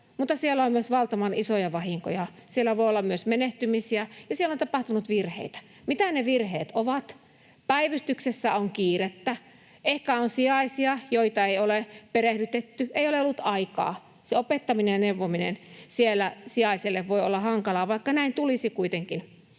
mutta siellä on myös valtavan isoja vahinkoja, siellä voi olla myös menehtymisiä, ja siellä on tapahtunut virheitä. Mitä ne virheet ovat? Päivystyksessä on kiirettä, ehkä on sijaisia, joita ei ole perehdytetty, ei ole ollut aikaa. Se opettaminen ja neuvominen sijaiselle voi olla hankalaa, vaikka näin tulisi kuitenkin